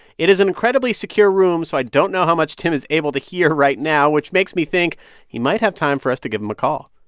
it is an incredibly secure room, so i don't know how much tim is able to hear right now, which makes me think he might have time for us to give him a call